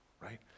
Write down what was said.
right